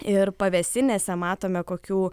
ir pavėsinėse matome kokių